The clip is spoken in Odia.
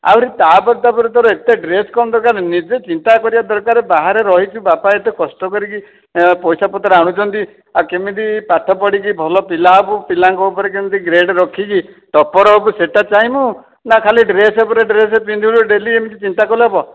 ଆଉ ତା'ପରେ ତା'ପରେ ତୋର ଏତେ ଡ୍ରେସ୍ କ'ଣ ଦରକାର ନିଜେ ଚିନ୍ତା କରିବା ଦରକାର ବାହାରେ ରହିଛୁ ବାପା କେତେ କଷ୍ଟ କରିକି ପଇସାପତ୍ର ଆଣୁଛନ୍ତି ଆଉ କେମିତି ପାଠ ପଢିକି ଭଲ ପିଲା ହେବୁ ପିଲାଙ୍କ ଉପରେ କେମିତି ଗ୍ରେଡ଼୍ ରଖିକି ଟପର୍ ହେବୁ ସେଇଟା ଚାହିଁବୁ ନା ଖାଲି ଡ୍ରେସ୍ ଉପରେ ଡ୍ରେସ୍ ପିନ୍ଧିଲେ ଡେଲି ଏମିତି ଚିନ୍ତା କଲେ ହେବ